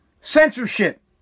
Censorship